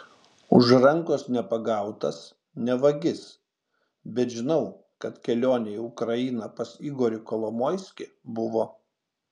už rankos nepagautas ne vagis bet žinau kad kelionė į ukrainą pas igorį kolomoiskį buvo